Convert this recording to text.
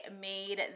made